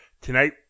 Tonight